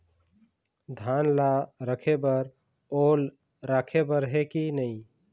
धान ला रखे बर ओल राखे बर हे कि नई?